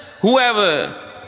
Whoever